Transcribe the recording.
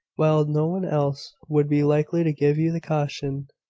while no one else would be likely to give you the caution.